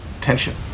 tension